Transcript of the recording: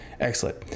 Excellent